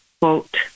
quote